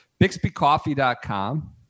BixbyCoffee.com